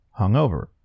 hungover